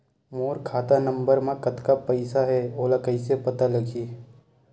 मोर खाता नंबर मा कतका पईसा हे ओला कइसे पता लगी?